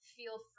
feel